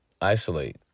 isolate